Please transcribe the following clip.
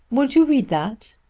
would you read that?